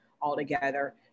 altogether